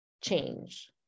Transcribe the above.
change